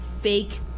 fake